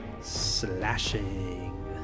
Slashing